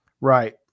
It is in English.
Right